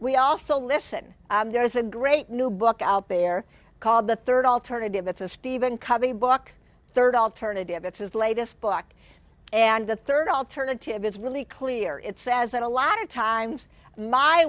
we also listen there's a great new book out there called the third alternative it's a stephen covey book third alternative it's his latest book and the third alternative is really clear it says that a lot of times my